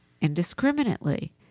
indiscriminately